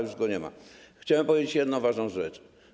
Już go nie ma, a chciałem powiedzieć jedną ważną rzecz.